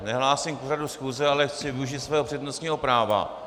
Nehlásím se k pořadu schůze, ale chci využít svého přednostního práva.